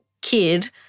kid